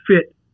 fit